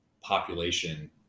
population